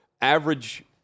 average